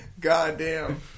Goddamn